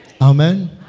Amen